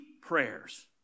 prayers